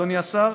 אדוני השר,